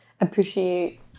appreciate